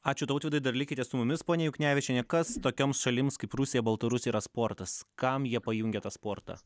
ačiū tautvydui dar likite su mumis ponia juknevičiene kas tokioms šalims kaip rusija baltarusija yra sportas kam jie pajungia tą sportą